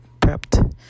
prepped